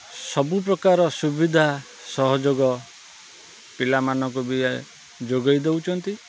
ସବୁପ୍ରକାର ସୁବିଧା ସହଯୋଗ ପିଲାମାନଙ୍କୁ ବି ଯୋଗେଇ ଦଉଛନ୍ତି